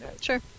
sure